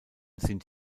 sind